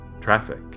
Traffic